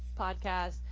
podcast